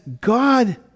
God